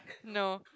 no